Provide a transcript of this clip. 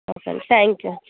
okay అండి thank you